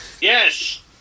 Yes